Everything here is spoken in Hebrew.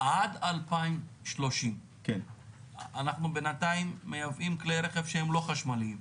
עד 2030. אנחנו בינתיים מייבאים כלי רכב שהם לא חשמליים.